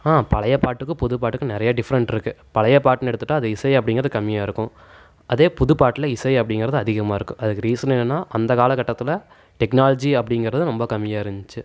பழையப் பாட்டுக்கும் புதுப் பாட்டுக்கும் நிறைய டிஃப்ரெண்ட் இருக்குது பழையப் பாட்டுன்னு எடுத்துகிட்டா அது இசை அப்படிங்கறது கம்மியாக இருக்கும் அதே புதுப்பாட்டில் இசை அப்படிங்கறது அதிகமாக இருக்கும் அதுக்கு ரீசன் என்னென்னால் அந்த காலகட்டத்தில் டெக்னாலஜி அப்படிங்கறது ரொம்ப கம்மியாக இருந்துச்சு